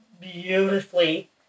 beautifully